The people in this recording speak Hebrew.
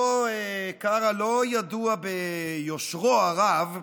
אותו קארה לא ידוע ביושרו הרב,